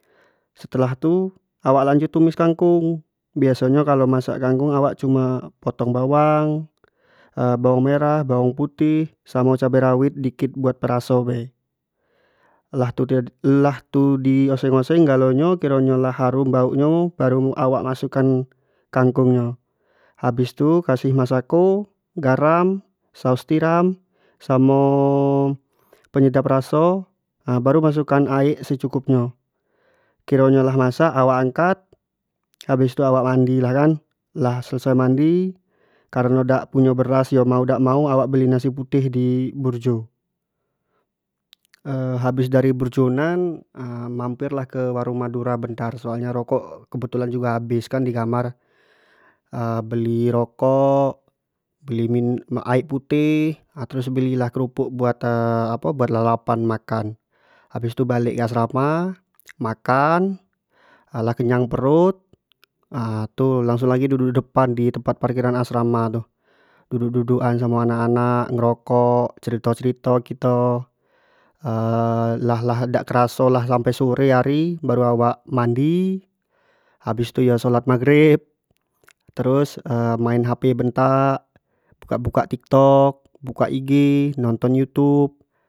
Setelah tu awak lanjut tumis kangkung, biaso nyo kalo masak kangkung awak cuma potong bawang bawang merah, bawang putih, samo cabe rawit dikit buat peraso, lah tu di lah tu di oseng- oseng galo nyo, kiro nyo lah hatusm bauk nyo batu, awak masuk an kangkung nyo, habis tu kasih masako, garam, saos tiram, samo penyedap raso, baru masuk an aek secukup nyo, kiro nyo lah masak wak angkat, habis tu awak mandi lah kan, lah selesai mandi kareno dak punyo beras, yo mau dak mau awak beli nasi putih di burjo habis dari burjo nan mampir lah ke warung madura, bentar soal nyo rokok kebetulan jugo habsi kan di kamar beli rokok, beli aek putih, terus beli lah kerupuk buat apo buat lalapan makan, habis tu balek ke asrama makan, lah kenyang perut tu langsung lagi duduk- duduk di depan di tempat parkiran asrama tu, duduk duduk an samo anak ngeroko, cerito- cerito kito lah dak teraso lah sampai sore hari, baru awak mandi, habis tu yo shalat maghrib terus main hape bentar, buka- buka tik tok, main ig buka youtube.